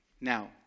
Now